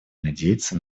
надеется